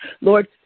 Lord